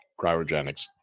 Cryogenics